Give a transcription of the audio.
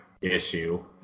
issue